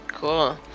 Cool